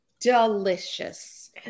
Delicious